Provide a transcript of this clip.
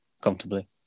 comfortably